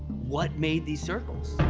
what made these circles?